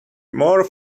more